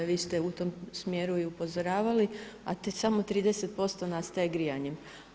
Vi ste u tom smjeru i upozoravali, a samo 30% nastaje grijanjem.